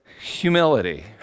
humility